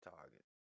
Target